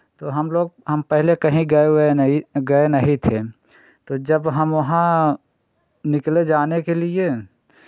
तो हम लोग हम पहले कहीं गए हुए नहीं गए नहीं थे तो जब हम वहाँ निकले जाने के लिए